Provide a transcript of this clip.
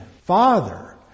father